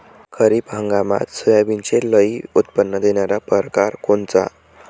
खरीप हंगामात सोयाबीनचे लई उत्पन्न देणारा परकार कोनचा?